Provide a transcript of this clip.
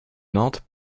nantes